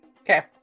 Okay